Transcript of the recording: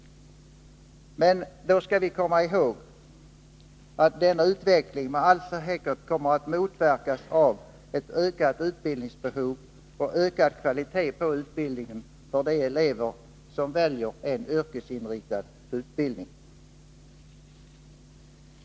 Men då skall vi komma ihåg att denna utveckling med all säkerhet kommer att motverkas av ett ökat utbildningsbehov för bättre kvalitet på utbildningen för de elever som väljer en yrkesinriktad utbildning.